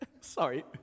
Sorry